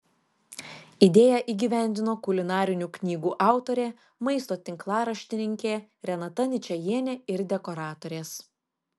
idėją įgyvendino kulinarinių knygų autorė maisto tinklaraštininkė renata ničajienė ir dekoratorės